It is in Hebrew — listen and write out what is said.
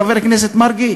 חבר הכנסת מרגי,